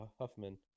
Huffman